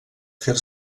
fer